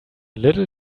little